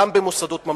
גם במוסדות ממלכתיים.